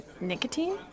Nicotine